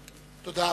תודה.